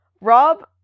Rob